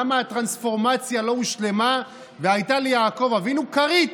למה הטרנספורמציה לא הושלמה והייתה ליעקב אבינו כרית?